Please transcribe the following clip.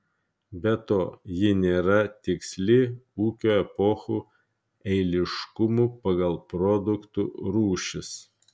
be to ji nėra tiksli ūkio epochų eiliškumu pagal produktų rūšis